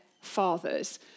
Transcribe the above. fathers